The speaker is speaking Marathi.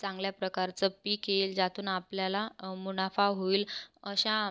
चांगल्या प्रकारचं पीक येईल ज्यातून आपल्याला मुनाफा होईल अशा